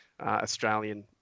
Australian